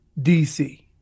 DC